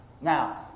Now